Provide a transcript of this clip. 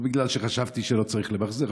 לא בגלל שלא חשבתי שלא צריך למחזר.